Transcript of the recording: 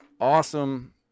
awesome